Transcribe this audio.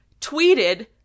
tweeted